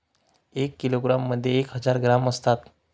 एका किलोग्रॅम मध्ये एक हजार ग्रॅम असतात